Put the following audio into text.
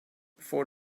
before